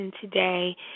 today